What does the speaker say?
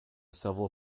civil